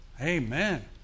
Amen